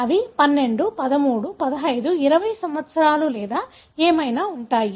అవి 12 13 15 20 సంవత్సరాలు లేదా ఏమైనా ఉంటాయి